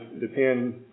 depend